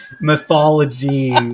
mythology